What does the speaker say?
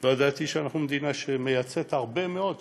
לא ידעתי שאנחנו מדינה שמייצאת הרבה מאוד,